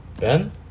Ben